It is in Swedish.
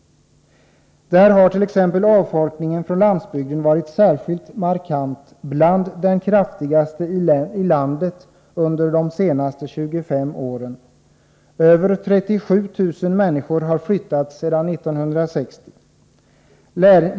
Där har t.ex. avfolkningen från landsbygden varit särskilt markant, bland de kraftigaste minskningarna i landet under de senaste 25 åren. Över 37 000 människor har flyttat sedan 1960.